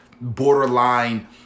borderline